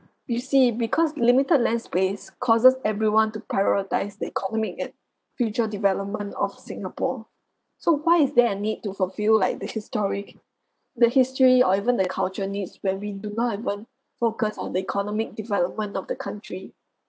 you see because limited land space causes everyone to prioritise the economic and future development of singapore so why is there a need to fulfill like the historic the history or even the culture needs when we do not even focus on the economic development of the country